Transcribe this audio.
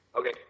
Okay